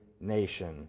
nation